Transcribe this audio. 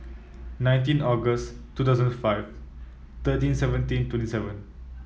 nineteen August two thousand five thirteen seventeen twenty seven